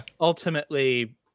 Ultimately